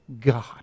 God